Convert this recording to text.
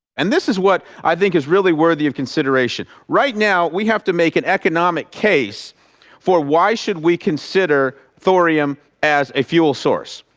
and this is what i think is really worthy of consideration right now we have to make an economic case for why should we consider thorium as a fuel source?